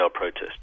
protests